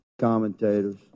commentators